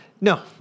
No